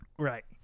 Right